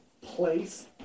place